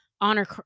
honor